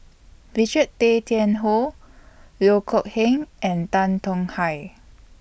Richard Tay Tian Hoe Loh Kok Heng and Tan Tong Hye